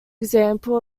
example